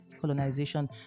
colonization